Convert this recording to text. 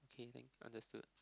okay then understood